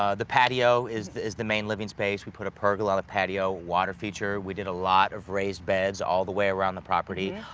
ah the patio is the is the main living space. we put a pergola on the patio, water feature, we did a lot of raised beds all the way around the property,